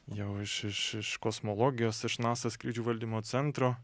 jau iš iš iš kosmologijos iš nasa skrydžių valdymo centro